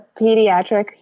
pediatric